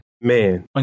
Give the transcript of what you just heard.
man